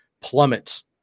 plummets